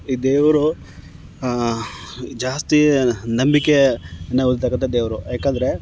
ಈ ದೇವರು ಜಾಸ್ತಿ ನಂಬಿಕೇನ ಹೊಂದ್ತಕ್ಕಂಥ ದೇವರು ಯಾಕೆಂದ್ರೆ